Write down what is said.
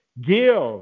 Give